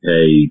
Hey